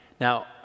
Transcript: Now